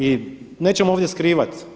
I nećemo ovdje skrivati.